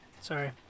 Sorry